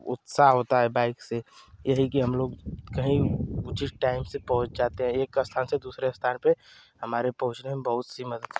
उत्साह होता है बाइक से यही कि हम लोग कहीं उचित टाइम से पहुँच जाते हें एक स्थान से दूसरे स्थान पर हमारे पहुँचने में बहुत सी मदद देती है